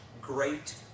great